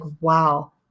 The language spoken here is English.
wow